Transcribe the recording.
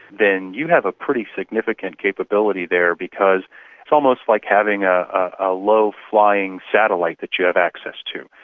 then you have a pretty significant capability there, because it's almost like having ah a low-flying satellite that you have access to.